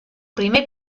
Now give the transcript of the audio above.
primer